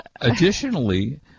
additionally